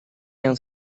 yang